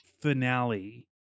finale